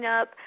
up